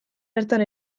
bertan